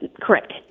correct